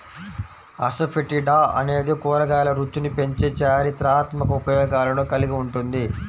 asafoetida అనేది కూరగాయల రుచిని పెంచే చారిత్రాత్మక ఉపయోగాలను కలిగి ఉంటుంది